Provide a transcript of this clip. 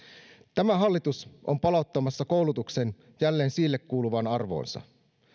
tämä hallitus on palauttamassa koulutuksen jälleen sille kuuluvaan arvoonsa